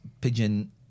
Pigeon